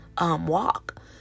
walk